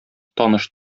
таныш